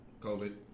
COVID